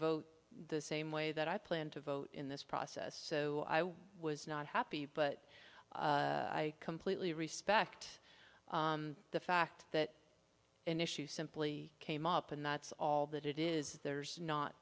vote the same way that i planned to vote in this process so i was not happy but i completely respect the fact that an issue simply came up and that's all that it is there's not